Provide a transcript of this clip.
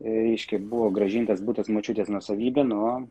ryškiai buvo grąžintas būtent močiutės nuosavybė nuo